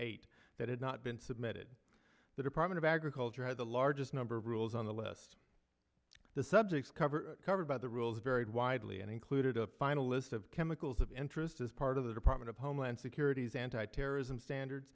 eight that had not been submitted the department of agriculture had the largest number of rules on the lists the subjects cover covered by the rules varied widely and included a final list of chemicals of interest as part of the department of homeland security's anti terrorism standards